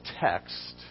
text